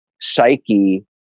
psyche